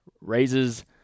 raises